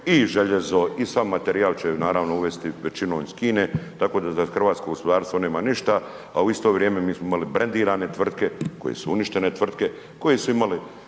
i željezo i sav materijal će naravno uvesti većinom iz Kine, tako da za hrvatsko gospodarstvo nema ništa, a u isto vrijeme mi smo imali brendirane tvrtke koje su uništene tvrtke, koje su imale